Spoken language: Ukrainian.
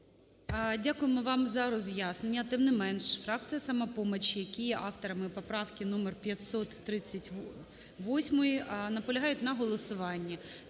Дякуємо вам за роз'яснення. Тим не менше, фракція "Самопомочі", які є авторами поправки номер 538, наполягають на голосуванні.